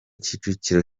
kicukiro